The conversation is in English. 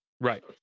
right